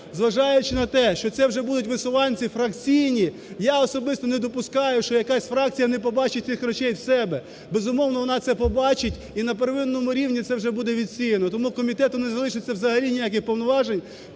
зважаючи на те, що це вже будуть висуванці фракційні, я особисто не допускаю, що якась фракція не побачить тих речей в себе, безумовно, вона це побачить і на первинному рівні це вже буде відсіяно. Тому комітету не залишиться, взагалі, ніяких повноважень